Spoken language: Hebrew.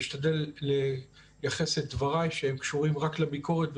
אשתדל להתייחס בדבריי לדברים שקשורים רק לביקורת,